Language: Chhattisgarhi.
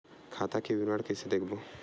खाता के विवरण कइसे देखबो?